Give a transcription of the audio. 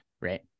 right